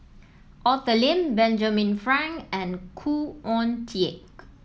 Arthur Lim Benjamin Frank and Khoo Oon Teik